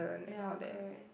ya correct